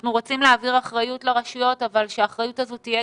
אנחנו רוצים להעביר אחריות לרשויות אבל שהאחריות הזו תהיה